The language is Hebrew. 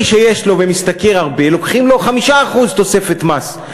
מי שיש לו ומשתכר הרבה, לוקחים לו 5% תוספת מס,